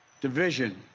division